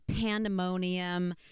pandemonium